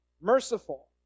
merciful